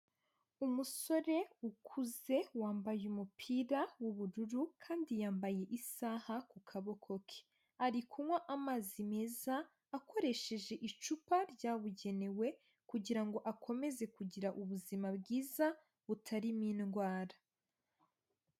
Umusore ukuze wambaye umupira w'ubururu kandi yambaye isaha ku kaboko ke, ari kunywa amazi meza akoresheje icupa ryabugenewe kugira ngo akomeze kugira ubuzima bwiza butarimo indwara.